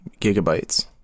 gigabytes